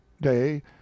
day